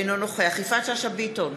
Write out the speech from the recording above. אינו נוכח יפעת שאשא ביטון,